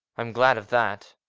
i'm glad of that.